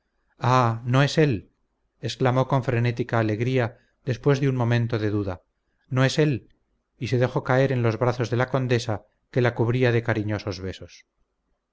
ah no es él exclamó con frenética alegría después de un momento de duda no es él y se dejó caer en los brazos de la condesa que la cubría de cariñosos besos